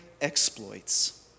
exploits